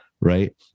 right